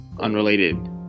unrelated